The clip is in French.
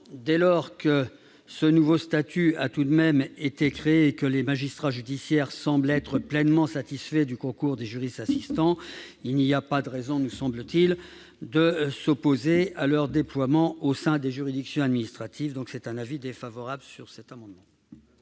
Néanmoins, ce nouveau statut a tout de même été créé, et les magistrats judiciaires semblent pleinement satisfaits du concours des juristes assistants. Dès lors, il n'y a pas de raison, nous semble-t-il, de s'opposer à leur déploiement au sein des juridictions administratives. J'émets donc un avis défavorable sur cet amendement.